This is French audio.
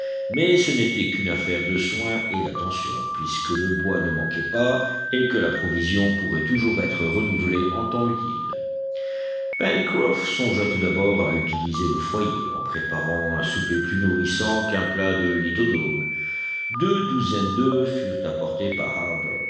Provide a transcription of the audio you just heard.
mais ce n'était qu'une affaire de soin et d'attention puisque le bois ne manquait pas et que la provision pourrait toujours être renouvelée en temps utile pencroff songea tout d'abord à utiliser le foyer en préparant un souper plus nourrissant qu'un plat de lithodomes deux douzaines d'oeufs furent apportées par